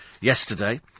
yesterday